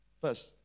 first